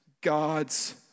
God's